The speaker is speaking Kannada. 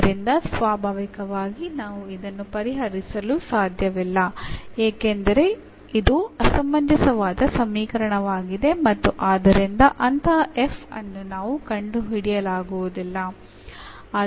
ಆದ್ದರಿಂದ ಸ್ವಾಭಾವಿಕವಾಗಿ ನಾವು ಇದನ್ನು ಪರಿಹರಿಸಲು ಸಾಧ್ಯವಿಲ್ಲ ಏಕೆಂದರೆ ಇದು ಅಸಮಂಜಸವಾದ ಸಮೀಕರಣವಾಗಿದೆ ಮತ್ತು ಆದ್ದರಿಂದ ಅಂತಹ f ಅನ್ನು ನಾವು ಕಂಡುಹಿಡಿಯಲಾಗುವುದಿಲ್ಲ